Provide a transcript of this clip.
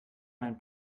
mein